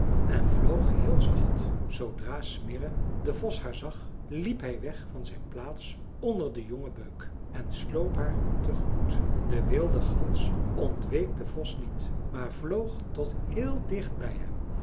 en vloog heel zacht zoodra smirre de vos haar zag liep hij weg van zijn plaats onder den jongen beuk en sloop haar tegemoet de wilde gans ontweek den vos niet maar vloog tot heel dicht bij hem